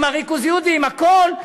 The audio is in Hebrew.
עם הריכוזיות ועם הכול,